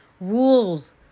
rules